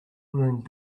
wearing